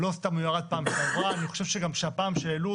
לא סתם הוא ירד פעם שעברה.